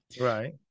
Right